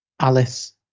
Alice